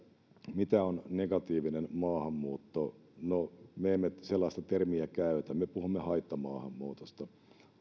mitä on negatiivinen maahanmuutto no me emme sellaista termiä käytä me puhumme haittamaahanmuutosta